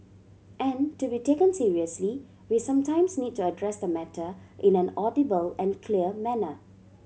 and to be taken seriously we sometimes need to address the matter in an audible and clear manner